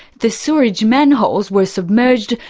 the sewerage manholes were submerged,